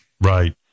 Right